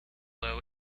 low